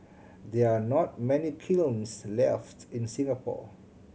there are not many kilns left in Singapore